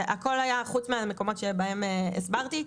חוץ מהמקומות שבהם הסברתי,